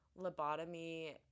lobotomy